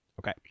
okay